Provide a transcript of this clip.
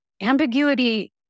ambiguity